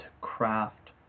craft